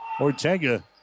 Ortega